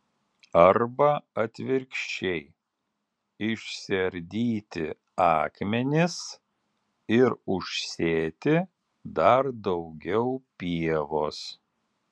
arba atvirkščiai išsiardyti akmenis ir užsėti dar daugiau pievos